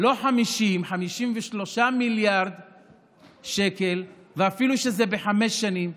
לא 50, 53 מיליארד שקל, אפילו שזה לחמש שנים,